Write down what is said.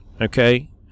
Okay